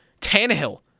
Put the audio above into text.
Tannehill